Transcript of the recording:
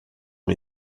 ont